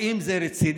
האם זה רציני?